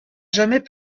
jamais